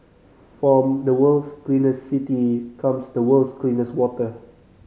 from the world's cleanest city comes the world's cleanest water